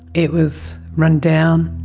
it was run-down,